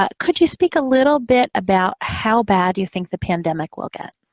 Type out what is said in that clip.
ah could you speak a little bit about how bad you think the pandemic will get?